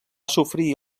sofrir